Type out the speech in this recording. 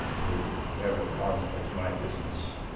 oh very harmful to my business.